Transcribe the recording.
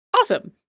Awesome